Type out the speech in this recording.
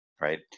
right